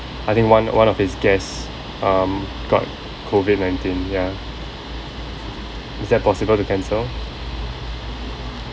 I think one one of his guests um got COVID nineteen ya is that possible to cancel